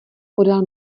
podal